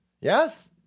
Yes